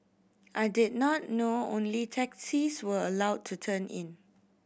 I did not know only taxis were allowed to turn in